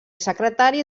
secretari